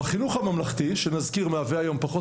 בחינוך הממלכתי-חילוני, שנזכיר, מהווה היום פחות